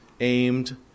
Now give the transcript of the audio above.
aimed